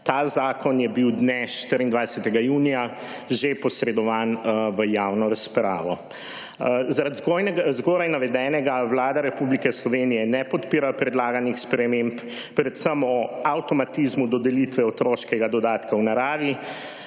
Ta zakon je bil dne 24. junija že posredovan v javno razpravo. Zaradi zgoraj navedenega, Vlada Republike Slovenije ne podpira predlaganih sprememb, predvsem o avtomatizmu dodelitve otroškega dodatka v naravi,